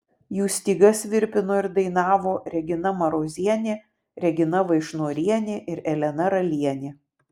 jų stygas virpino ir dainavo regina marozienė regina vaišnorienė ir elena ralienė